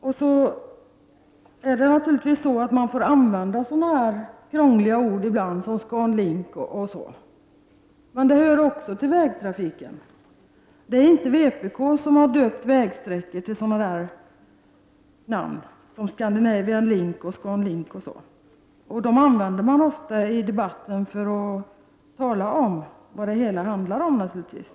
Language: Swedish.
Man får naturligtvis ibland använda sådana krångliga ord som ”Scan Link”. Det hör också till vägtrafiken. Det är inte vpk som har döpt vägsträckor och givit dem sådana namn som Scandinavian Link eller ScanLink. De namnen använder man naturligtvis ofta i debatten när man talar om vad det hela går ut på.